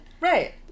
right